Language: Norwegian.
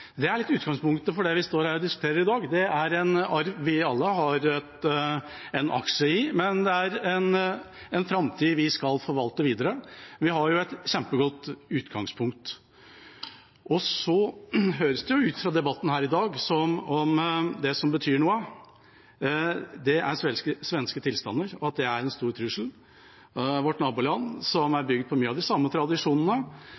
Dette er litt av utgangspunktet for det vi står og diskuterer her i dag. Det er en arv vi alle har en aksje i, men det er en framtid vi skal forvalte videre. Vi har et kjempegodt utgangspunkt. Det høres ut på debatten her i dag som om det som betyr noe, er svenske tilstander, og at det er en stor trussel – vårt naboland, som